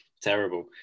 terrible